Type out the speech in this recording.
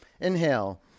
Inhale